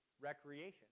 recreation